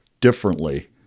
differently